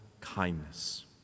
kindness